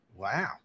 wow